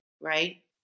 right